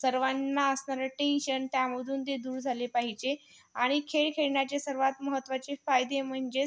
सर्वांना असणारं टेंशन त्यामधून ते दूर झाले पाहिजे आणि खेळ खेळण्याचे सर्वात महत्त्वाचे फायदे म्हणजेच